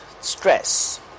stress